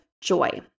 joy